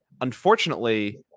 unfortunately